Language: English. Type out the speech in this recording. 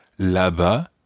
là-bas